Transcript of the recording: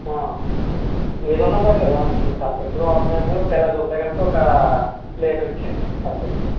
ఏదున్నాపర్లే Surf Excel వాడుతామండి ఒకవేళ అది ఉంటే గనక ఒక లీటర్ ఇచ్చేయండి సర్ఫ్ ఎక్సెల్